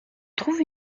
trouve